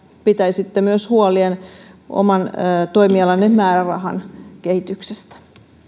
pitäisitte huolen myös oman toimialanne määrärahan kehityksestä